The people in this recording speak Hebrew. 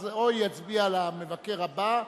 או יצביע למבקר הבא,